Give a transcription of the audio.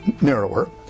narrower